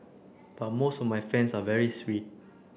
but most of my fans are very sweet